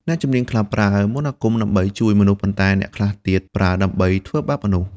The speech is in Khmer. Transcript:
អ្នកជំនាញខ្លះប្រើមន្តអាគមដើម្បីជួយមនុស្ស ប៉ុន្តែអ្នកខ្លះទៀតប្រើដើម្បីធ្វើបាបមនុស្ស។